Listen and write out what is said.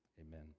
Amen